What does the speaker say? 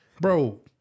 bro